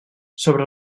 sobre